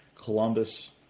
Columbus